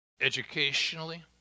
educationally